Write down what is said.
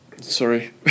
Sorry